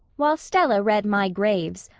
while stella read my graves,